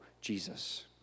Jesus